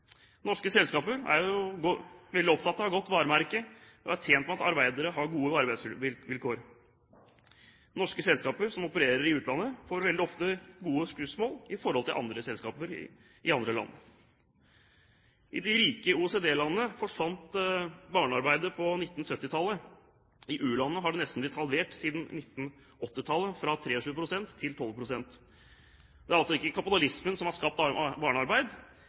Norske selskaper er veldig opptatt av å ha et godt varemerke og er tjent med at arbeidere har gode arbeidsvilkår. Norske selskaper som opererer i utlandet, får veldig ofte gode skussmål i forhold til andre selskaper i andre land. I de rike OECD-landene forsvant barnearbeidet på 1970-tallet. I u-landene har det nesten blitt halvert siden 1980-tallet, fra 23 pst. til 12 pst. Det er altså ikke kapitalismen som har skapt barnearbeid,